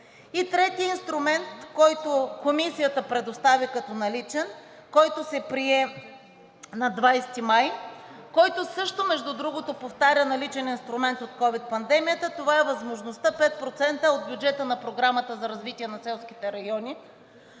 третият инструмент, който Комисията предостави като наличен, който се прие на 20 май, който също, между другото, повтаря наличен инструмент от ковид пандемията, това е възможността 5% от бюджета на Програмата за развитие на селските райони